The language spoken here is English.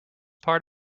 part